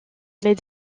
les